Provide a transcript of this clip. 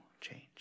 change